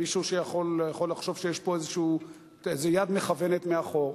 מישהו יכול לחשוב שיש פה איזו יד מכוונת מאחור.